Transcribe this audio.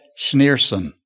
Schneerson